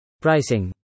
Pricing